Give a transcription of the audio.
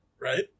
Right